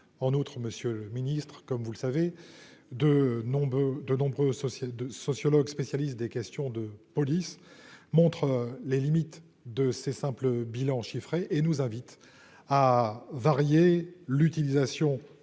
en outre, Monsieur le Ministre, comme vous le savez, de nombreux de nombreux social de sociologue, spécialiste des questions de police montre les limites de ses simple bilan chiffré et nous invite à varier l'utilisation